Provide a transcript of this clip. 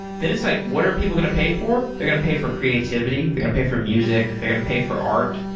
then it's like, what are people going to pay for? they're going to pay for creativity, they're going to pay for music, they're going to pay for art.